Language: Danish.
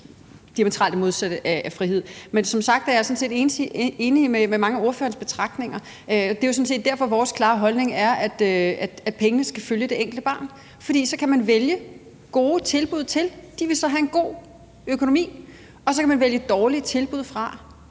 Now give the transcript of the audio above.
diametralt modsatte af frihed. Men som sagt er jeg sådan set enig i mange af ordførerens betragtninger. Det er sådan set derfor, vores klare holdning er, at pengene skal følge det enkelte barn, for så kan man vælge gode tilbud til. De vil så have en god økonomi, og så kan man vælge dårlige tilbud fra,